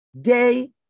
day